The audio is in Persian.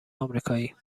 آمریکایی